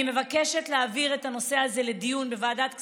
אני מבקשת להעביר את הנושא הזה לדיון בוועדת הכספים,